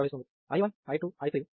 I1 I2 I3 విలువలను తరువాత కనుగొందాము